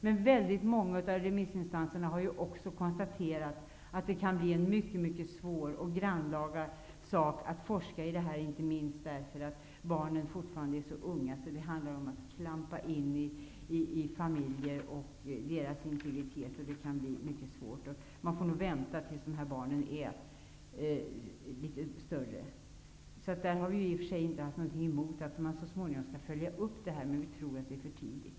Men väldigt många av remissinstanserna har också konstaterat att det kan bli en mycket svår och grannlaga fråga att forska i, inte minst därför att dessa barn fortfarande är så unga. Det handlar om att klampa in i familjer och deras integritet, och det är mycket svårt. Man får nog vänta tills dessa barn är litet större. Vi har i och för sig inte haft någonting emot att följa upp detta, men vi tror att det är för tidigt.